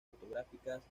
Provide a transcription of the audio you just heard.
fotográficas